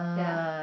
ya